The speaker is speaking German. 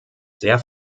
sehr